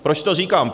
Proč to říkám?